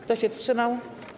Kto się wstrzymał?